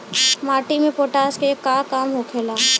माटी में पोटाश के का काम होखेला?